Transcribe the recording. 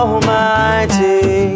Almighty